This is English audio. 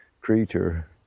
creature